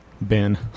Ben